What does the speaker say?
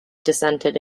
dissented